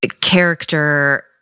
character